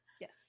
Yes